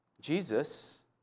Jesus